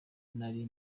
nari